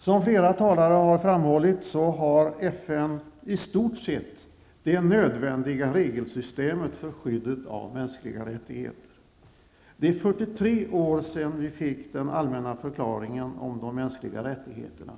Som flera talare här framhållit har FN i stort sett det regelsystem som erfordras för skyddet av mänskliga rättigheter. Det är 43 år sedan vi fick den allmänna förklaringen om de mänskliga rättigheterna.